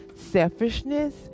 selfishness